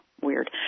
Weird